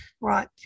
Right